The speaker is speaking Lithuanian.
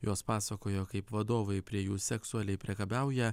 jos pasakojo kaip vadovai prie jų seksualiai priekabiauja